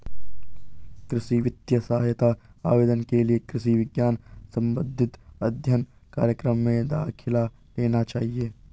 कृषि वित्तीय सहायता आवेदन के लिए कृषि विज्ञान संबंधित अध्ययन कार्यक्रम में दाखिला लेना चाहिए